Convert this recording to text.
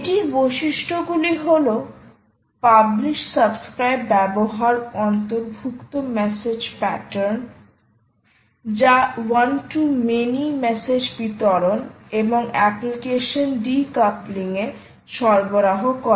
এটির বৈশিষ্ট্যগুলি হল পাবলিশ সাবস্ক্রাইব ব্যবহার অন্তর্ভুক্ত মেসেজ প্যাটার্ন যা ওয়ান টু মেনি মেসেজ বিতরণ এবং অ্যাপ্লিকেশন ডিকোপলিংয়ে সরবরাহ করে